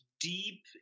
deep